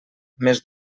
més